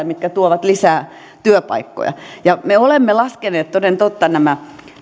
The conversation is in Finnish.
mitkä tuovat lisää työpaikkoja me olemme laskeneet toden totta nämä